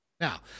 now